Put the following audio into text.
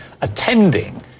attending